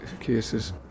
cases